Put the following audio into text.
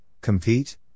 compete